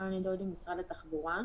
אני חני ממשרד התחבורה.